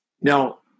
Now